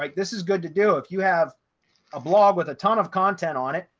like this is good to do. if you have a blog with a ton of content on it.